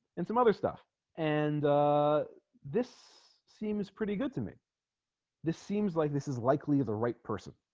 and some other stuff and this seems pretty good to me this seems like this is likely the right person